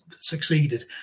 succeeded